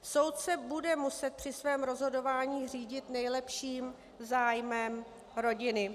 Soud se bude muset při svém rozhodování řídit nejlepším zájmem rodiny.